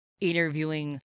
interviewing